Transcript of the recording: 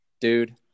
Dude